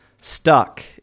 stuck